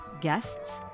guests